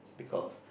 because